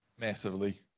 Massively